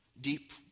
deep